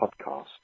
podcast